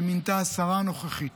שמינתה השרה הנוכחית